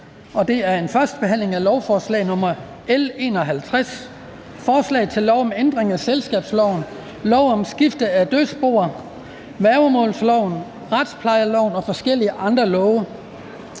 er: 8) 1. behandling af lovforslag nr. L 51: Forslag til lov om ændring af selskabsloven, lov om skifte af dødsboer, værgemålsloven, retsplejeloven og forskellige andre love.